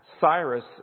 Cyrus